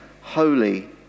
Holy